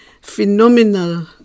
phenomenal